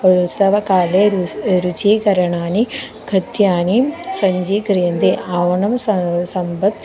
उत्सवकाले रुचिः रुचीकरणानि खाद्यानि सज्जीक्रियन्ते आवणं स संपत्